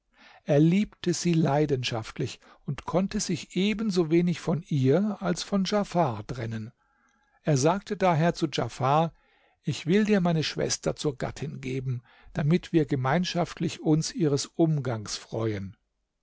er liebte sie leidenschaftlich und konnte sich ebensowenig von ihr als von djafar trennen er sagte daher zu djafar ich will dir meine schwester zur gattin geben damit wir gemeinschaftlich uns ihres umgangs freuen